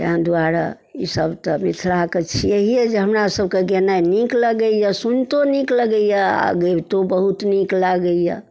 ताहि दुआरे ईसब तऽ मिथिलाके छिअए जे हमरासबके गेनाइ नीक लगैए सुनितो नीक लगैए आओर गबितो बहुत नीक लागैए